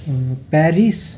Paris